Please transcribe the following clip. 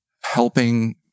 Helping